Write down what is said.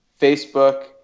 facebook